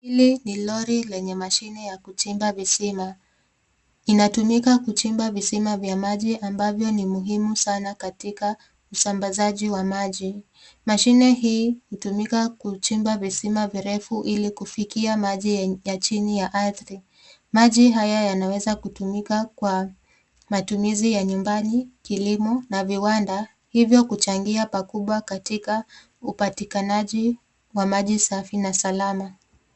Hili ni lori lenye mashine ya kuchimba visima inatumika kuchimba visima vya maji ambavyo ni muhimu sana katika usambazaji wa maji. Mashine hii hutumika kuchimba visima virefu ili kufikia maji ya chini ya ardhi. Maji haya yanaweza kutumika kwa matumizi ya nyumbani, kilimo na viwanda hivyo kuchangia katika upatikanaji wa maji safi na salama.